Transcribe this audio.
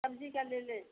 सब्जी का ले लें